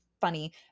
funny